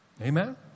Amen